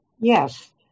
Yes